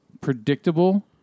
predictable